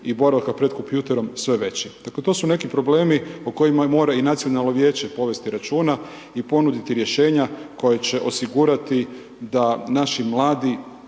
i boravka pred kompjuterom sve veći. Dakle, to su neki problemi o kojima mora i nacionalno vijeće povesti računa i ponuditi rješenja koje će osigurati da naši mladi,